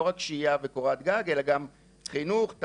לא רק שהייה וקורת גג אלא גם חינוך,